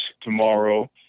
tomorrow